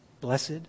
Blessed